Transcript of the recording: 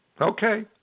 Okay